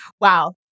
Wow